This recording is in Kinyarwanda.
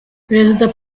perezida